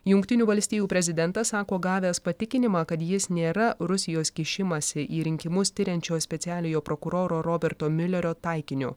jungtinių valstijų prezidentas sako gavęs patikinimą kad jis nėra rusijos kišimąsi į rinkimus tiriančio specialiojo prokuroro roberto miulerio taikiniu